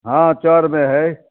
हँ चऽरमे हइ